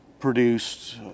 produced